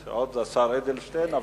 גם השר אדלשטיין.